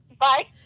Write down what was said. bye